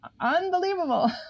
unbelievable